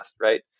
right